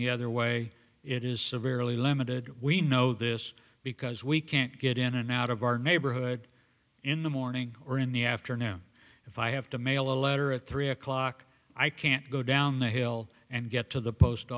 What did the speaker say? the other way it is severely limited we know this because we can't get in and out of our neighborhood in the morning or in the afternoon if i have to mail a letter at three o'clock i can't go down the hill and get to the post